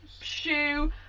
shoe